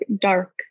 dark